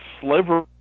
sliver